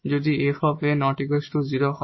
যদি 𝑓𝑎 ≠ 0 হয়